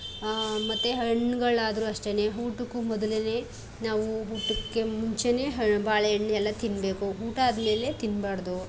ಮತ್ತು ಹಣಗಳಾದ್ರೂ ಅಷ್ಟೇ ಊಟಕ್ಕೂ ಮೊದಲೇನೆ ನಾವು ಊಟಕ್ಕೆ ಮುಂಚೆಯೇ ಹ ಬಾಳೆಹಣ್ಣು ಎಲ್ಲ ತಿನ್ನಬೇಕು ಊಟ ಆದಮೇಲೆ ತಿನ್ನಬಾರ್ದು